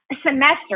semester